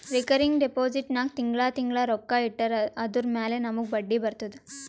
recurring deposit ನಾಗ್ ತಿಂಗಳಾ ತಿಂಗಳಾ ರೊಕ್ಕಾ ಇಟ್ಟರ್ ಅದುರ ಮ್ಯಾಲ ನಮೂಗ್ ಬಡ್ಡಿ ಬರ್ತುದ